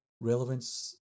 relevance